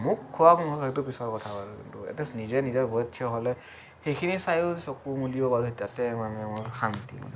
মোক খোৱাব নালাগে সেইটো পিছৰ কথা বাৰু কিন্তু এটলিষ্ট নিজে নিজৰ ভৰিত থিয় হ'লে সেইখিনি চায়ো চকু মুদিব পাৰোঁ তাকে মানে মই শান্তি মানে